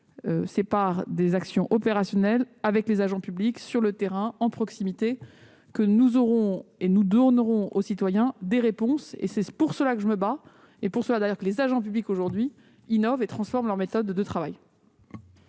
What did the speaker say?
C'est par des actions opérationnelles, avec les agents publics, sur le terrain, en proximité, que nous donnerons des réponses aux citoyens. C'est pour cela que je me bats et c'est pour cela que les agents publics aujourd'hui innovent et transforment leurs méthodes de travail.